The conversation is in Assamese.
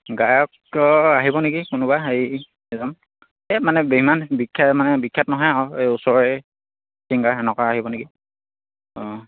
গায়ক আহিব নেকি কোনোবা হেৰি এজন এই মানে সিমান বিখ্যাত মানে বিখ্যাত নহয় আৰু এই ওচৰৰে চিংগাৰ তেনেকুৱা আহিব নেকি অঁ